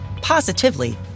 positively